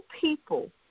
people